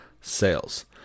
sales